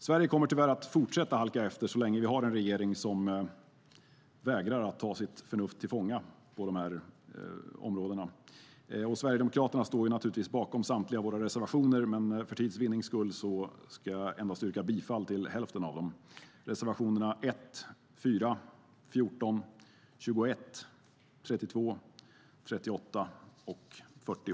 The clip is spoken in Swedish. Sverige kommer tyvärr att fortsätta halka efter så länge vi har en regering som vägrar att ta sitt förnuft till fånga på dessa områden. Sverigedemokraterna står bakom samtliga våra reservationer, men för tids vinnande ska jag endast yrka bifall till hälften av dem. Jag yrkar bifall till reservationerna 1, 4, 14, 21, 32, 38 och 40.